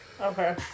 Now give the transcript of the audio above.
Okay